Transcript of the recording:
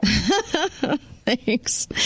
Thanks